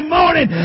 morning